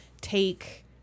take